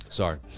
Sorry